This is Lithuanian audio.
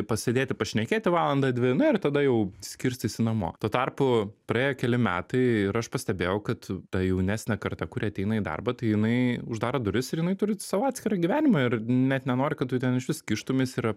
pasėdėti pašnekėti valandą dvi na ir tada jau skirstaisi namo tuo tarpu praėjo keli metai ir aš pastebėjau kad ta jaunesnė karta kuri ateina į darbą tai jinai uždaro duris ir jinai turi savo atskirą gyvenimą ir net nenori kad tu ten išvis kištumeis ir